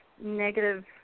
negative